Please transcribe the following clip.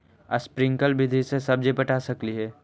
Sprinkle विधि से सब्जी पटा सकली हे?